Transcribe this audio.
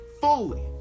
fully